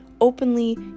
openly